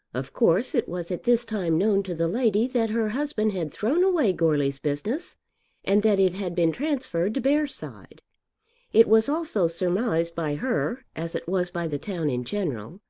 of course it was at this time known to the lady that her husband had thrown away goarly's business and that it had been transferred to bearside. it was also surmised by her, as it was by the town in general,